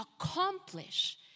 accomplish